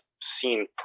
seen